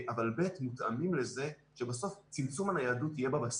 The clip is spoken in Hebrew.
ב', מותאמים לזה שבסוף צמצום הניידות תהיה בבסיס.